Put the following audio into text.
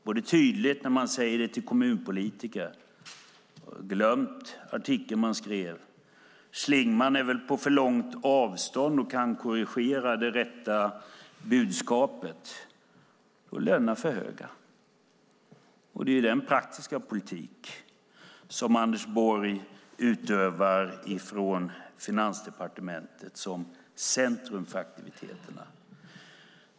Det är tydligt när man säger det till kommunpolitiker och har glömt artikeln man skrev. Schlingmann är väl på för långt avstånd, så att han inte kan korrigera till det rätta budskapet. Lönerna är för höga! Det är den praktiska politik som Anders Borg utövar från Finansdepartementet, som centrum för aktiviteterna.